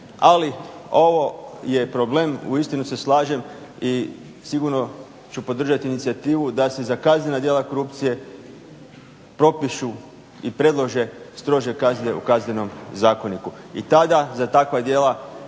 Ali ovo je problem, uistinu se slažem i sigurno ću podržati inicijativu da se za kaznena djela korupcije propišu i predlože strože kazne u kaznenom zakoniku. I tada za takva djela